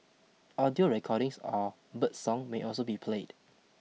audio recordings or birdsong may also be played